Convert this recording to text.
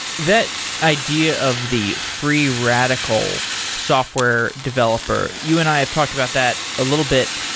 that idea of the free radical software developer, you and i have talked about that a little bit,